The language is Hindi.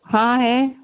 हाँ हैं